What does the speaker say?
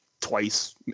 twice